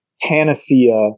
panacea